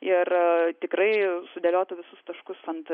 ir tikrai sudėliotų visus taškus ant